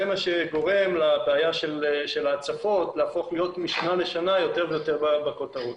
זה מה שגורם להצפות להפוך להיות משנה לשנה יותר ויותר בכותרות.